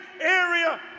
area